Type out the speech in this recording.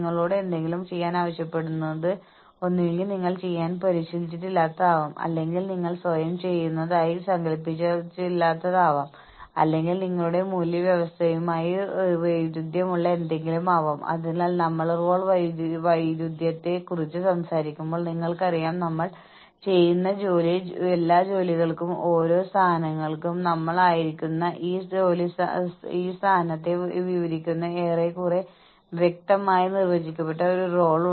നിങ്ങൾ ഈ എക്സസൈസ് ചെയ്യാൻ ഞാൻ ആഗ്രഹിക്കുന്നു നിങ്ങൾ നിങ്ങളുടെ ഇൻറർനെറ്റിലേക്ക് തിരികെ പോകണമെന്ന് ഞാൻ ആഗ്രഹിക്കുന്നു ലാഭം പങ്കിടലും നേട്ടം പങ്കിടലും തമ്മിലുള്ള വ്യത്യാസങ്ങൾ നിങ്ങൾ കണ്ടെത്തണമെന്ന് ഞാൻ ആഗ്രഹിക്കുന്നു ദയവായി നിങ്ങളുടെ പ്രതികരണങ്ങൾ ഫോറത്തിൽ പോസ്റ്റ് ചെയ്യാൻ മടിക്കേണ്ടതില്ല